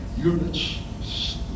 units